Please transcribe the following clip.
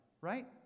right